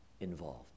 involved